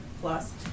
plus